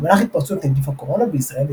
במהלך התפרצות נגיף הקורונה בישראל,